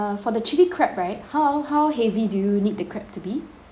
for the chilli crab right how how heavy do you need the crab to be